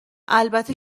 البته